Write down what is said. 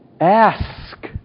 Ask